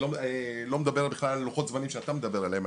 אני לא מדבר בכלל על לוחות זמנים שאתה מדבר עליהם,